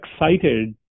excited